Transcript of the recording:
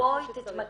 בואי תתמקדי,